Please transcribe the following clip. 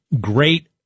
great